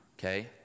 Okay